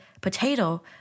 potato